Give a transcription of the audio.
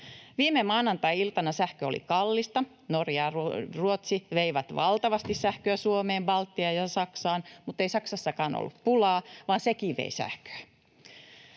Viime maanantai-iltana sähkö oli kallista. Norja ja Ruotsi veivät valtavasti sähköä Suomeen, Baltiaan ja Saksaan, mutta ei Saksassakaan ollut pulaa, vaan sekin vei sähköä.